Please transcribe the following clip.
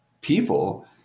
people